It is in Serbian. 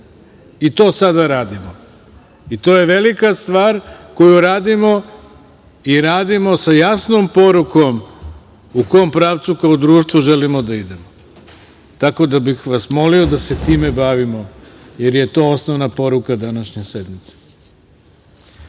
to sada radimo. To je velika stvar koju radimo i radimo sa jasnom porukom u kom pravcu, kao društvo, želimo da idemo. Tako da, molio bih vas da se time bavimo, jer je to osnovna poruka današnje sednice. Reč